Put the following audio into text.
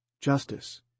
Justice